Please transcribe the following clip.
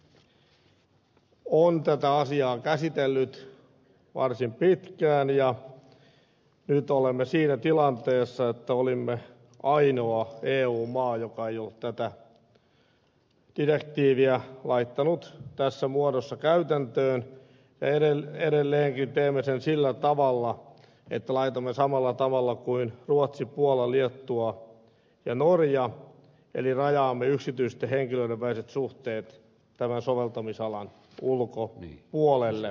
suomi on tätä asiaa käsitellyt varsin pitkään ja nyt olemme siinä tilanteessa että olimme ainoa eu maa joka ei ollut tätä direktiiviä laittanut tässä muodossa käytäntöön ja edelleenkin teemme sen sillä tavalla että laitamme samalla tavalla kuin ruotsi puola liettua ja norja eli rajaamme yksityisten henkilöiden väliset suhteet tämän soveltamisalan ulkopuolelle